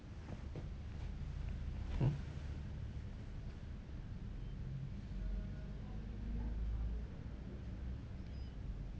mm